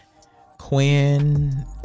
Quinn